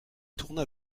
tourna